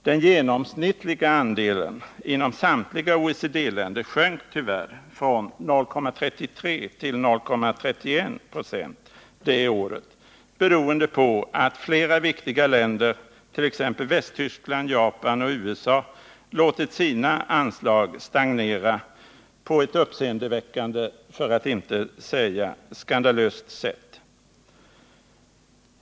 Den genomsnittliga andelen inom samtliga OECD länder sjönk tyvärr från 0,33 till 0,31 96 det året, beroende på att flera viktiga länder, t.ex. Västtyskland, Japan och USA, låtit sina anslag stagnera på ett uppseendeväckande -— för att inte säga skandalöst — sätt.